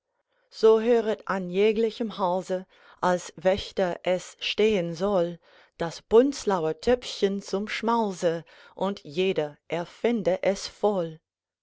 so höret an jeglichem hause als wächter es stehen soll das bunzlauer töpfchen zum schmause und jeder er fände es voll